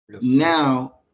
now